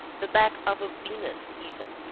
the back of a venus, even,